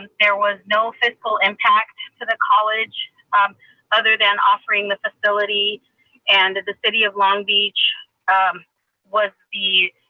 there was no fiscal impact to the college other than offering the facility and and the city of long beach um was the